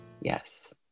Yes